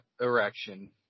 erection